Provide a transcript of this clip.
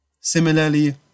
Similarly